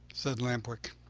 said lamp-wick.